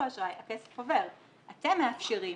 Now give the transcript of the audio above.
אין אפשרות,